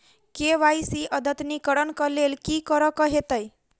KYC अद्यतनीकरण कऽ लेल की करऽ कऽ हेतइ?